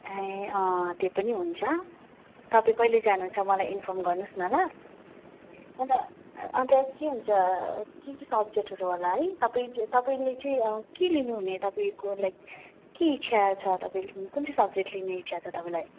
ए अँ त्यो पनि हुन्छ तपाईँ कहिले जानुहुन्छ मलाई इन्फर्म गर्नुहोस् न ल अन्त अन्त के हुन्छ के के सब्जेक्टहरू होला है तपाईँ चाहिँ तपाईँले चाहिँ के लिनुहुने तपाईँको लाइक के इच्छा छ तपाईँले कुन चाहिँ सब्जेक्ट लिने इच्छा छ तपाईँलाई